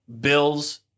Bills